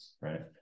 right